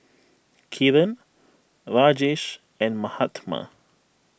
Kiran Rajesh and Mahatma